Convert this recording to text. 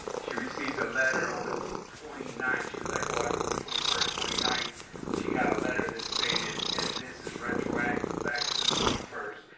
she received a letter on the twenty ninth. she was let go october twenty first. the twenty ninth she got a letter that stated, and this is retroactive back to the twenty first.